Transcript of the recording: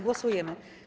Głosujemy.